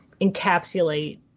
encapsulate